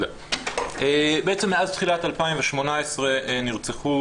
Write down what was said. בעצם מאז תחילת 2018 נרצחו